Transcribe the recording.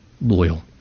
loyal